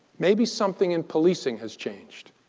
maybe something in policing has changed.